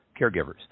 caregivers